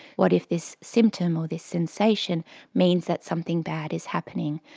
what if this symptom or this sensation means that something bad is happening.